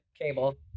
cable